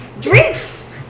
drinks